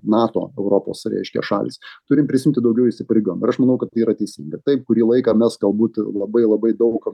nato europos reiškia šalys turim prisiimti daugiau įsipareigojimų ir aš manau kad tai yra teisinga taip kurį laiką mes galbūt labai labai daug